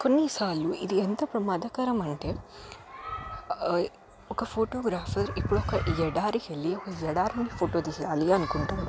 కొన్నిసార్లు ఇది ఎంత ప్రమాదకరమంటే ఒక ఫోటోగ్రాఫర్ ఇప్పుడు ఒక ఎడారికి వెళ్ళి ఒక ఎడారిని ఫోటో తియ్యాలి అనుకుంటాడు